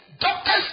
Doctors